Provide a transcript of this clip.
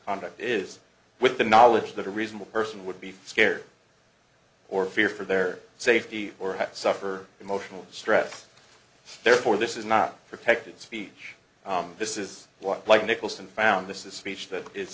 conduct is with the knowledge that a reasonable person would be scared or fear for their safety or suffer emotional stress therefore this is not protected speech this is what like nicholson found this is a speech that is